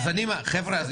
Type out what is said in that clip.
חבר'ה,